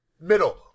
middle